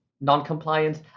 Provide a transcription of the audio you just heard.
noncompliance